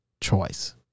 choice